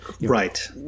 right